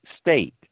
state